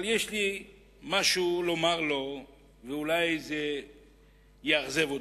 אבל יש לי משהו לומר לו, ואולי זה יאכזב אותו: